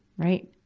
right.